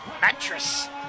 mattress